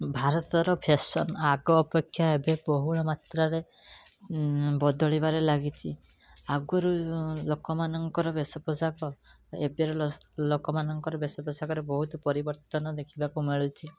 ଭାରତର ଫ୍ୟାସନ୍ ଆଗ ଅପେକ୍ଷା ଏବେ ବହୁଳମାତ୍ରାରେ ବଦଳିବାରେ ଲାଗିଛି ଆଗୁରୁ ଲୋକମାନଙ୍କର ବେଶ ପୋଷାକ ଏବେ ଲୋକମାନଙ୍କର ବେଶ ପୋଷାକରେ ବହୁତ ପରିବର୍ତ୍ତନ ଦେଖିବାକୁ ମିଳୁଛି